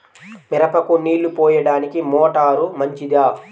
మిరపకు నీళ్ళు పోయడానికి మోటారు మంచిదా?